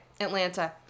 Atlanta